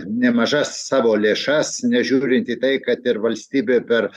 nemažas savo lėšas nežiūrint į tai kad ir valstybė per